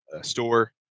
store